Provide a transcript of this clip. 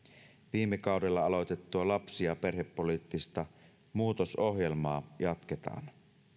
viime kaudella aloitettua lapsi ja perhepoliittista muutosohjelmaa jatketaan